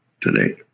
today